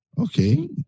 okay